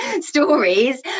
stories